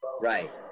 Right